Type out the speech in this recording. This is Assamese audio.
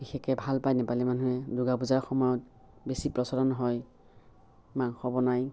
বিশেষকৈ ভাল পায় নেপালী মানুহে দুৰ্গা পূজাৰ সময়ত বেছি প্ৰচলন হয় মাংস বনায়